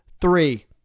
three